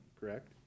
correct